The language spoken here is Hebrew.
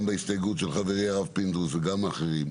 גם בהסתייגות של חברי הרב פינדרוס וגם של אחרים,